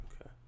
Okay